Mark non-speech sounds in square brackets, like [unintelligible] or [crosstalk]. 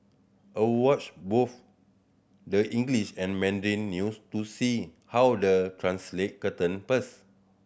I watch both the English and Mandarin news to see how they translate certain [unintelligible]